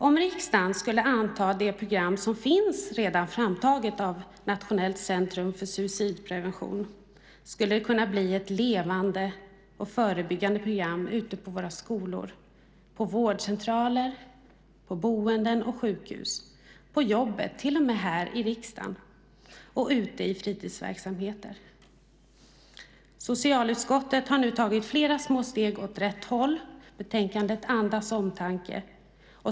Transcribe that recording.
Om riksdagen skulle anta det program som redan finns framtaget av Nationellt centrum för suicidprevention, skulle det kunna bli ett levande och förebyggande program ute på våra skolor, på vårdcentraler, på boenden och sjukhus, på jobbet, till och med här i riksdagen, och ute i fritidsverksamheter. Socialutskottet har nu tagit flera små steg åt rätt håll. Betänkandet andas omtanke.